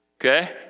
Okay